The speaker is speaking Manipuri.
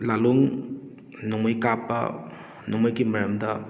ꯂꯥꯂꯣꯡ ꯅꯣꯡꯃꯩ ꯀꯥꯞꯄ ꯅꯣꯡꯃꯩꯒꯤ ꯃꯔꯝꯗ